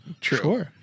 True